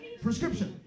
Prescription